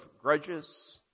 grudges